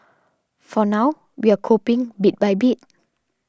for now we're coping bit by bit